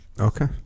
Okay